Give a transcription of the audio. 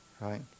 right